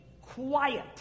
quiet